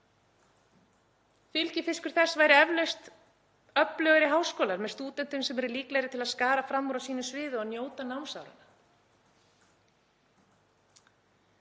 Fylgifiskur þess væri eflaust öflugri háskólar með stúdentum sem eru líklegri til að skara fram úr á sínu sviði og njóta námsáranna.